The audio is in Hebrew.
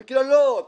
עם קללות.